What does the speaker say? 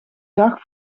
dag